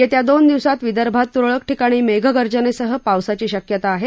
येत्या दोन दिवसात विदर्भात त्रळक ठिकाणी मेघगर्जनेसह पावसाची शक्यता आहे